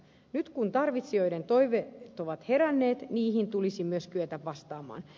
nyt kun tarvitsijoiden toiveet ovat heränneet niihin tulisi myös kyetä vastaamaan